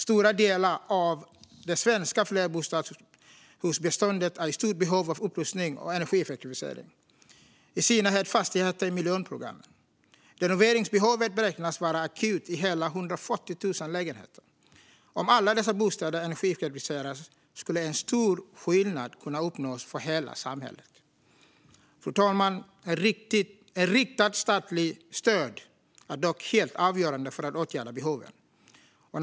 Stora delar av det svenska flerbostadshusbeståndet är i stort behov av upprustning och energieffektivisering, i synnerhet fastigheter i miljonprogrammet. Renoveringsbehovet beräknas vara akut i hela 140 000 lägenheter. Om alla dessa bostäder energieffektiviserades skulle en stor skillnad kunna uppnås för hela samhället. Fru talman! Ett riktat statligt stöd är dock helt avgörande för att behoven ska kunna tillgodoses.